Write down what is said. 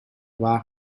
waar